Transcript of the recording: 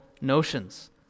notions